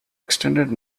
extended